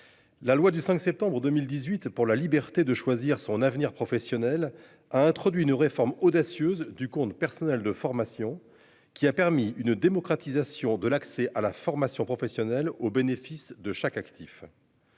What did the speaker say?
La loi du 5 septembre 2018 pour la liberté de choisir son avenir professionnel, a introduit une réforme audacieuse du compte personnel de formation qui a permis une démocratisation de l'accès à la formation professionnelle au bénéfice de chaque actif.--